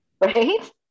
Right